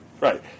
Right